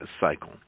cycle